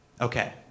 Okay